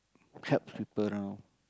help people round